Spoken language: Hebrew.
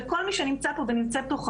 וכל מי שנמצא ונמצאת פה,